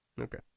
Okay